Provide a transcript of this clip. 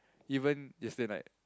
even yesterday night